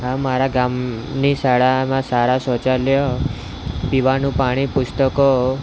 હા મારા ગામની શાળામાં સારા શૌચાલય પીવાનું પાણી પુસ્તકો